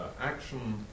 action